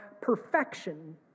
perfection